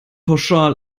pauschal